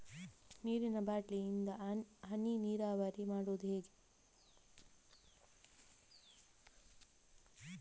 ನೀರಿನಾ ಬಾಟ್ಲಿ ಇಂದ ಹನಿ ನೀರಾವರಿ ಮಾಡುದು ಹೇಗೆ?